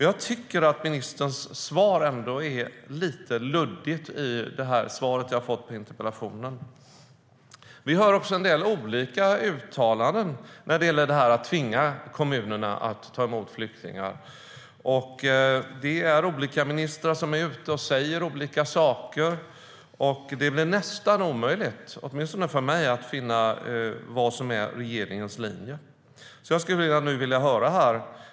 Jag tycker att ministerns svar på interpellationen är lite luddigt i detta. Vi hör också en del olika uttalanden när det gäller att tvinga kommunerna att ta emot flyktingar. Det är olika ministrar som är ute och säger olika saker. Det blir nästan omöjligt, åtminstone för mig, att finna vad som är regeringens linje.